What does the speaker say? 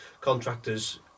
contractors